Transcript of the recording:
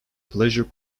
pleasure